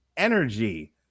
energy